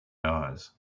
eyes